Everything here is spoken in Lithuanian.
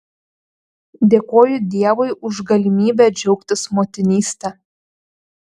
dėkoju dievui už galimybę džiaugtis motinyste